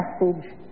message